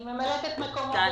אני ממלאת את מקומו בינתיים.